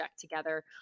together